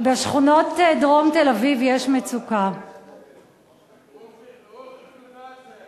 חושב שאתם קצת חוצים את הגבולות.